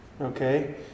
Okay